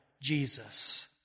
Jesus